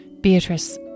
Beatrice